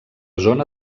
zona